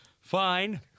Fine